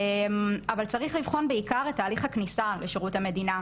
אבל צריך לבחון בעיקר את תהליך הכניסה לשירות המדינה,